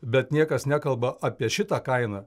bet niekas nekalba apie šitą kainą